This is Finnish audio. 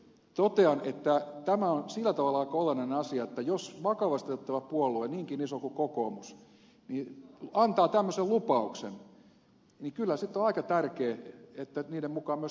totean että tämä on sillä tavalla aika olennainen asia että jos vakavasti otettava puolue niinkin iso kuin kokoomus antaa tämmöisen lupauksen niin kyllä sitten on aika tärkeää että sen mukaan myös toimitaan